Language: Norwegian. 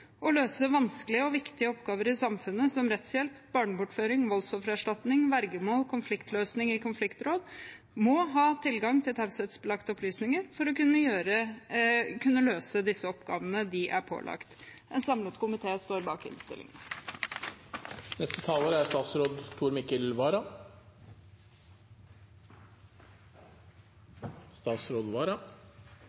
løse vanskelige og viktige oppgaver i samfunnet, som rettshjelp, barnebortføring, voldsoffererstatning, vergemål og konfliktløsning i konfliktråd, må ha tilgang til taushetsbelagte opplysninger for å kunne løse de oppgavene de er pålagt. En samlet komité står bak innstillingen. Jeg er